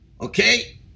okay